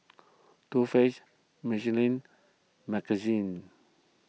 Too Faced Michelin